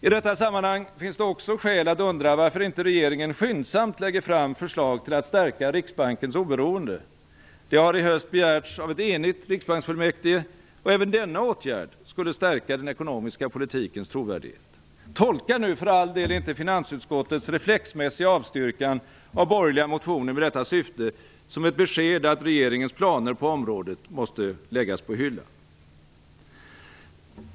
I detta sammanhang finns det också skäl att undra varför inte regeringen skyndsamt lägger fram förslag till att stärka Riksbankens oberoende. Det har i höst begärts av ett enigt riksbanksfullmäktige, och även denna åtgärd skulle stärka den ekonomiska politikens trovärdighet. Tolka nu för all del inte finansutskottets reflexmässiga avstyrkan av borgerliga motioner med detta syfte som ett besked att regeringens planer på området måste läggas på hyllan!